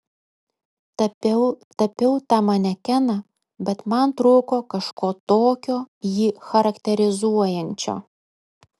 tapiau tapiau tą manekeną bet man trūko kažko tokio jį charakterizuojančio